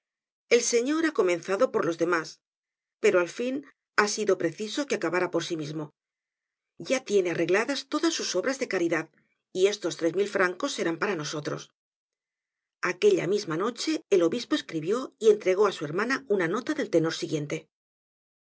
el señor ha comenzado por los demás pero al fin ha sido preciso que acabara por sí mismo ya tiene arregladas todas sus obras de caridad y estos tres mil francos serán para nosotros aquella misma iloche el obispo escribió y entregó á su hermana una nota del tenor siguiente